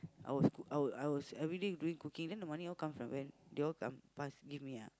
I was I were I was everyday doing cooking then the money all come from where they all come pass give me ah